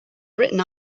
written